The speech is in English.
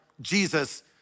Jesus